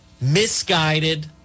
misguided